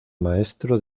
maestro